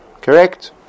Correct